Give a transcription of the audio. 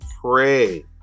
pray